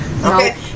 Okay